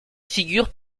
figurent